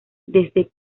desde